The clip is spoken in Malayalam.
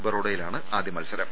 ബറോഡയിലാണ് ആദ്യ മത്സരം